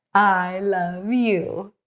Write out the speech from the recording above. i love you,